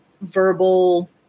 verbal